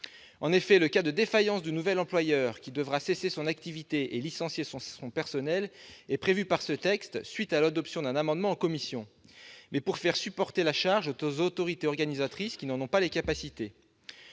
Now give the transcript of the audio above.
En effet, le cas de défaillance du nouvel employeur, qui devra cesser son activité et licencier son personnel, est prévu dans le texte depuis l'adoption d'un amendement en commission tendant à faire supporter la charge aux autorités organisatrices, qui n'en ont pourtant pas les capacités.